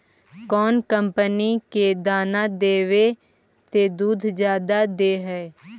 कौन कंपनी के दाना देबए से दुध जादा दे है?